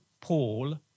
Paul